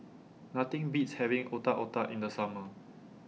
Nothing Beats having Otak Otak in The Summer